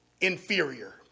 inferior